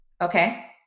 Okay